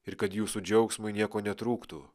ir kad jūsų džiaugsmui nieko netrūktų